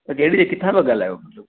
त कहिड़ी किथां था ॻाल्हायो